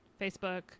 Facebook